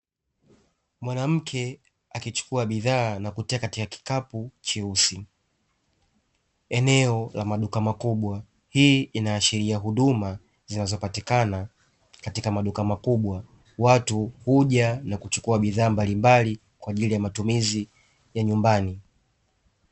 Mwanamke akichukua bidhaa na kutia katika kikapu cheusi, eneo la maduka makubwa. Hii inaashiria huduma zinazopatikana katika maduka makubwa, watu huja na kuchukua bidhaa mbalimbali kwa ajili ya matumizi ya nyumbani.